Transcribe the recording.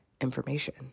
information